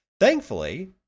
Thankfully